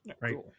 right